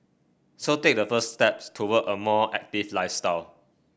so take the first steps toward a more active lifestyle